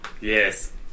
Yes